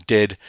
Dead